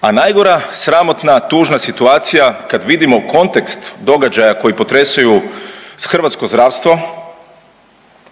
a najgora sramotna tužna situacija, kad vidimo kontekst događaja koji potresaju hrvatsko zdravstvo,